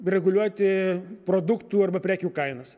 reguliuoti produktų arba prekių kainas